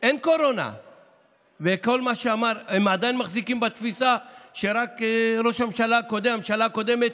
אין קורונה והם עדיין מחזיקים בתפיסה שהממשלה הקודמת